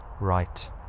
right